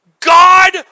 God